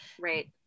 right